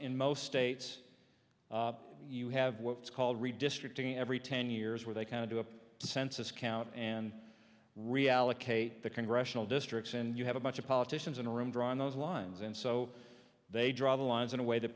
in most states you have what's called redistricting every ten years where they kind of do a census count and reallocate the congressional districts and you have a bunch of politicians in a room drawing those lines and so they draw the lines in a way to